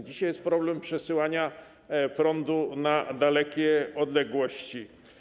Dzisiaj jest problem dotyczący przesyłania prądu na dalekie odległości.